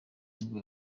nibwo